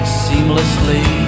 seamlessly